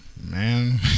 Man